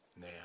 now